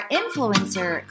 influencer